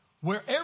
Wherever